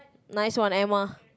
nice one Emma